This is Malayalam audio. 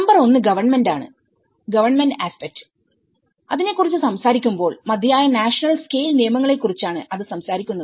നമ്പർ ഒന്ന് ഗവൺമെന്റാണ് ഗവൺമെന്റ് ആസ്പെക്ട് നെ കുറിച്ച് സംസാരിക്കുമ്പോൾ മതിയായ നാഷണൽ സ്കെയിൽ നിയമങ്ങളെ ക്കുറിച്ചാണ് അത് സംസാരിക്കുന്നത്